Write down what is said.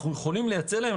אנחנו יכולים לייצא להם.